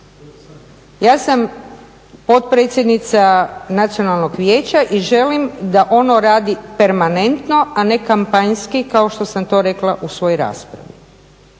Ja sam potpredsjednica Nacionalnog vijeća i želim da ono radi permanentno, a ne kampanjski kao što sam to rekla u svojoj raspravi.